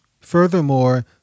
Furthermore